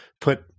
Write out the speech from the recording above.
put